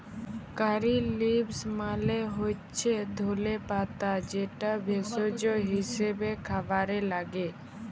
কারী leaves মালে হচ্যে ধলে পাতা যেটা ভেষজ হিসেবে খাবারে লাগ্যে